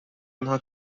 آنها